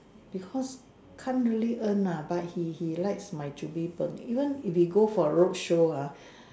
because can't really earn lah but he he likes my chu-bee-png even if he go for road show ah